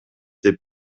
деп